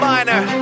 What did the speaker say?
Minor